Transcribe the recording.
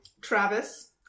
Travis